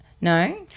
no